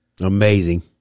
Amazing